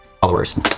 Followers